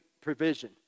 provision